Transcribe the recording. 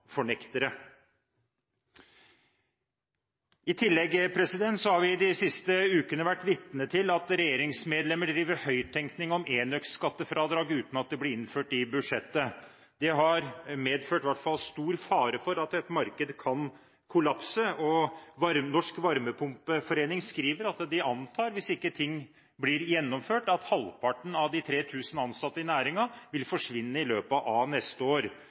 klimafornektere. I tillegg har vi de siste ukene vært vitne til at regjeringsmedlemmer driver høyttenkning om enøkskattefradrag uten at det blir innført i budsjettet. Det har medført i hvert fall stor fare for at et marked kan kollapse, og Norsk Varmepumpeforening skriver at hvis ikke ting blir gjennomført, antar de at halvparten av de 3 000 ansatte i næringen vil forsvinne i løpet av neste år.